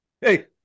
Hey